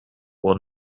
will